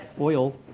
oil